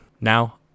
Now